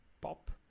pop